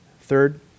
Third